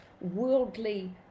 worldly